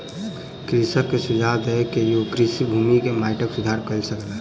कृषक के सुझाव दय के ओ कृषि भूमि के माइटक सुधार कय सकला